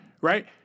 Right